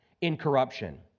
incorruption